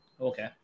okay